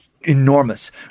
enormous